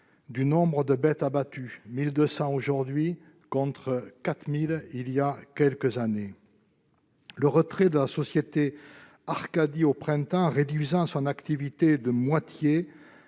du nombre de bêtes abattues : 1 200 aujourd'hui, contre 4 000 il y a quelques années. Le retrait de la société Arcadie au printemps a réduit son activité de moitié